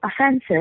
offensive